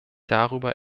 darüber